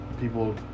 People